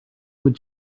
would